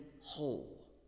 whole